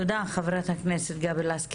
תודה, חברת הכנסת גבי לסקי.